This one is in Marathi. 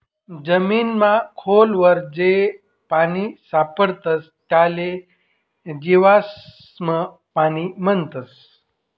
जमीनमा खोल वर जे पानी सापडस त्याले जीवाश्म पाणी म्हणतस